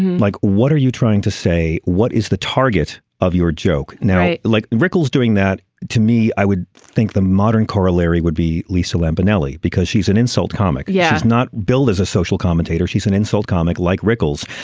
like what are you trying to say. what is the target of your joke now. i like rickles doing that to me. i would think the modern corollary would be lisa lampanelli because she's an insult comic. yes not billed as a social commentator she's an insult comic like rickles.